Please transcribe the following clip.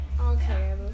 Okay